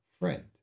friend